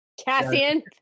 Cassian